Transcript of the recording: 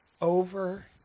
over